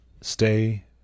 Stay